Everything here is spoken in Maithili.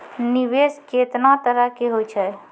निवेश केतना तरह के होय छै?